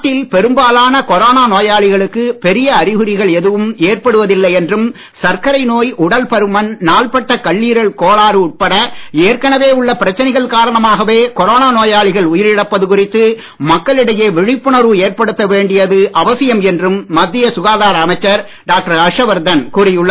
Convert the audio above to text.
நாட்டில் பெரும்பாலான கொரோனா நோயாளிகளுக்கு பெரிய அறிகுறிகள் எதுவும் ஏற்படுவதில்லை என்றும் சர்க்கரை நோய் உடல்பருமன் நாள்பட்ட கல்லீரல் கோளாறு உட்பட ஏற்கனவே உள்ள பிரச்சனைகள் காரணமாகவே கொரோனா நோயாளிகள் உயிரிழப்பது குறித்து மக்களிடையே விழிப்புணர்வு ஏற்படுத்த வேண்டியது அவசியம் என்றும் மத்திய சுகாதார அமைச்சர் டாக்டர் ஹர்ஷவர்தன் கூறியுள்ளார்